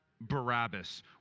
Barabbas